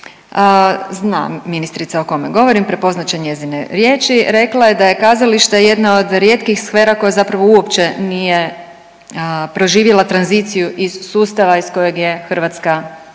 zna ministrica o kome govorim, prepoznat će njezine riječi, rekla je da je kazalište jedna od rijetkih sfera koje zapravo uopće nije proživjelo tranziciju iz sustava iz kojeg je Hrvatska